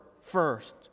first